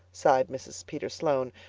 sighed mrs. peter sloane,